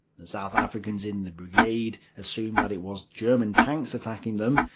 the south africans in the brigade assumed that it was german tanks attacking them,